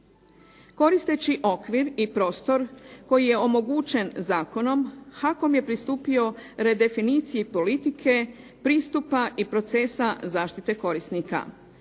Koristeći okvir i prostor koji je omogućen zakonom, HAKOM je pristupio redefiniciji politike pristupa i procesa zaštite korisnika.